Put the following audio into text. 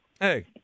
Hey